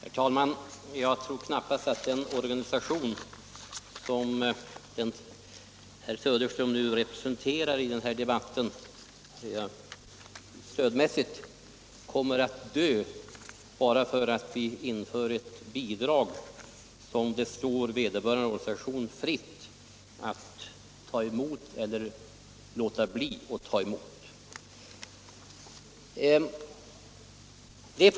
Herr talman! Jag tror knappast att den organisation som herr Söderström talar för i den här debatten kommer att dö bara därför att vi inför ett bidrag, som det står vederbörande organisation fritt att ta emot eller låta bli att ta emot.